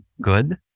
good